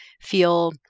feel